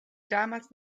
damals